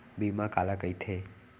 बीमा काला कइथे?